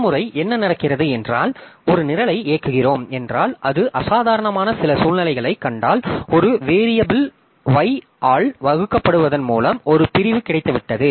பல முறை என்ன நடக்கிறது என்றால் ஒரு நிரலை இயக்குகிறோம் என்றால் அது அசாதாரணமான சில சூழ்நிலைகளைக் கண்டால் ஒரு வேரியபில் y ஆல் வகுக்கப்படுவதன் மூலம் ஒரு பிரிவு கிடைத்துவிட்டது